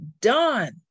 done